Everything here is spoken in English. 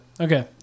Okay